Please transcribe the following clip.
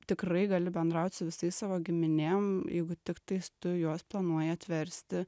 tikrai gali bendrauti su visais savo giminėm jeigu tiktais tu juos planuoji atversti